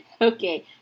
Okay